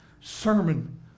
sermon